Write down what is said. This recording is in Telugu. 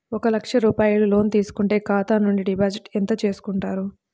ఒక లక్ష రూపాయలు లోన్ తీసుకుంటే ఖాతా నుండి డిపాజిట్ ఎంత చేసుకుంటారు?